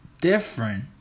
different